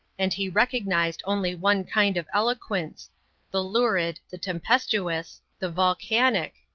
and he recognized only one kind of eloquence the lurid, the tempestuous, the volcanic.